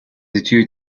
études